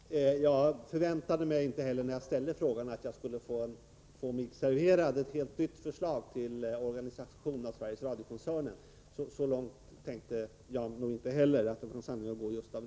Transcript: Herr talman! Nej, jag förväntade mig inte heller när jag ställde frågan att jag skulle få mig serverat ett nytt förslag till organisation av Sveriges Radio-koncernen. Så långt tänkte jag mig inte att det skulle gå just med anledning av detta fall.